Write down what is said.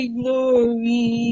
glory